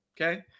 Okay